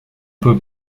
peut